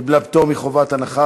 קיבלה פטור מחובת הנחה,